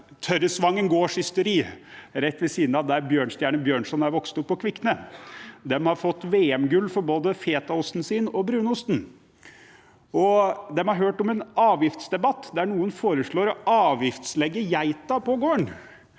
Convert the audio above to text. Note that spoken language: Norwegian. Tørresvangen gårdsysteri – rett ved siden av der Bjørnstjerne Bjørnson er vokst opp, på Kvikne. De har fått VM-gull for både fetaosten og brunosten sin. De har hørt om en avgiftsdebatt der noen foreslår å avgiftslegge geita på gården.